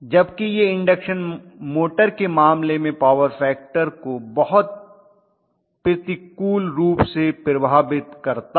जबकि यह induction motor के मामले में पॉवर फैक्टर को बहुत प्रतिकूल रूप से प्रभावित करता है